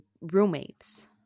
roommates